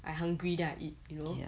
I hungry then I eat you know